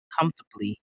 comfortably